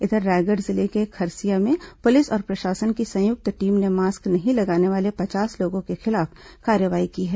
इधर रायगढ़ जिले के खरसिया में पुलिस और प्रशासन की संयुक्त टीम ने मास्क नहीं लगाने वाले पचास लोगों के खिलाफ कार्रवाई की है